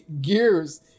gears